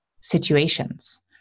situations